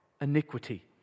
iniquity